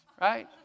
right